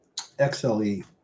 XLE